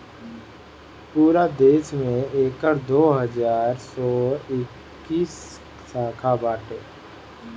पूरा देस में एकर दो हज़ार चार सौ इक्कीस शाखा बाटे